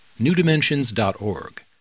newdimensions.org